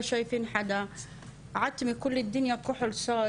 10 דקות הוא כבר נרצח בחצר הבית